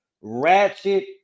ratchet